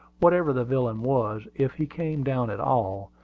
whatever the villain was, if he came down at all,